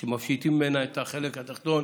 כשמפשיטים ממנה את החלק התחתון